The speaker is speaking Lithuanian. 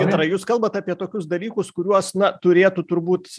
gintarai jūs kalbat apie tokius dalykus kuriuos na turėtų turbūt